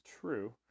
true